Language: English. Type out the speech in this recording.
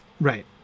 Right